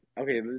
Okay